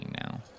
now